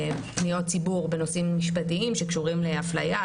פניות ציבור בנושאים משפטיים שקשורים להפליה,